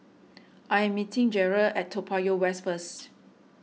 I am meeting Jerrell at Toa Payoh West first